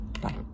Bye